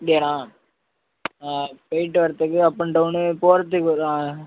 அப்படியாண்ணா போய்ட்டு வர்றதுக்கு up and down போகிறதுக்